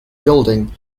building